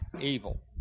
evil